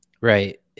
Right